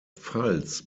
pfalz